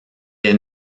est